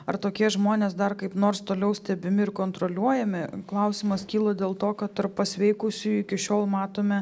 ar tokie žmonės dar kaip nors toliau stebimi ir kontroliuojami klausimas kyla dėl to kad tarp pasveikusiųjų iki šiol matome